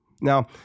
Now